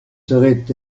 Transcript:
seraient